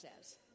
says